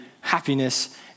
happiness